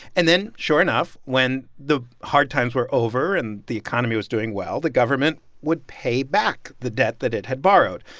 and then, sure enough, when the hard times were over and the economy was doing well, the government would pay back the debt that it had borrowed,